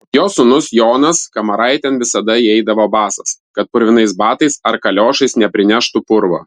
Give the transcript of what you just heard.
jos sūnus jonas kamaraitėn visada įeidavo basas kad purvinais batais ar kaliošais neprineštų purvo